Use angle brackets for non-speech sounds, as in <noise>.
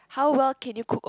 how well can you cook <noise>